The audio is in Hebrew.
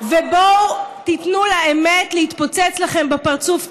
ובואו תיתנו לאמת להתפוצץ לכם בפרצוף.